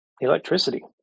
electricity